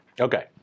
Okay